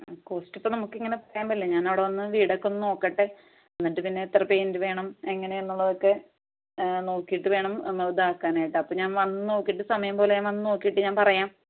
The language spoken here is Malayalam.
കൂട്ടിയൊക്കെ നമുക്ക് അങ്ങനെ പറയാൻ പറ്റില്ല ഞാൻ അവിടെ വന്ന് വീടൊക്കെ ഒന്ന് നോക്കട്ടെ എന്നിട്ട് പിന്നെ എത്ര പെയിൻറ് വേണം എങ്ങനെ എന്നുള്ളതൊക്കെ നോക്കിയിട്ട് വേണം നമ്മളിതാക്കാനായിട്ട് അപ്പോൾ ഞാൻ വന്നു നോക്കിയിട്ട് സമയം പോലെ ഞാൻ വന്ന് നോക്കിയിട്ട് ഞാൻ പറയാം